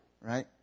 right